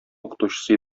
укытучысы